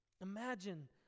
Imagine